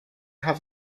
have